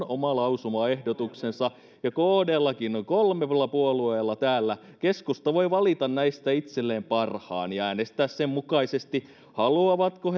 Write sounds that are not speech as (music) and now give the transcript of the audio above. (unintelligible) oma lausumaehdotuksensa ja kdlläkin on kolmella puolueella täällä keskusta voi valita näistä itselleen parhaan ja äänestää sen mukaisesti haluavatko (unintelligible)